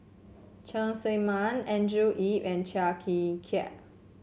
Cheng Tsang Man Andrew Yip and Chia Tee Chiak